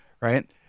right